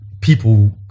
people